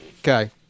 Okay